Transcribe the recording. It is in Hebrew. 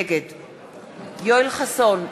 נגד יואל חסון,